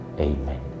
Amen